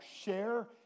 share